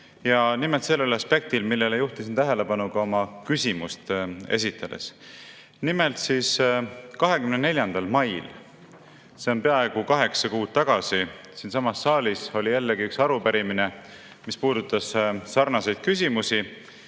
ja nimelt sellel aspektil, millele juhtisin tähelepanu ka oma küsimust esitades. Nimelt, 24. mail – see on peaaegu kaheksa kuud tagasi – oli siinsamas saalis üks arupärimine, mis puudutas sarnaseid küsimusi.